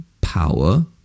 power